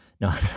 No